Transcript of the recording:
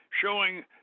showing